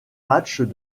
matchs